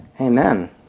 Amen